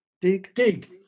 Dig